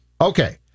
Okay